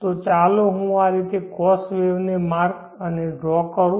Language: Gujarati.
તો ચાલો હું આ રીતે cos વેવને માર્ક અને ડ્રો કરું